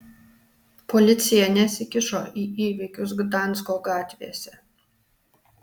policija nesikišo į įvykius gdansko gatvėse